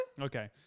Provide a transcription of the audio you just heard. Okay